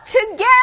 together